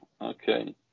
Okay